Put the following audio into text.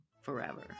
forever